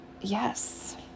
yes